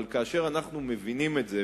אבל כאשר אנחנו מבינים את זה,